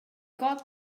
got